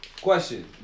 Question